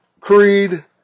creed